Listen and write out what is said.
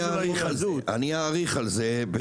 אני אאריך על זה.